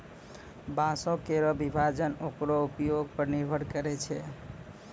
बांसों केरो विभाजन ओकरो उपयोग पर निर्भर करै छै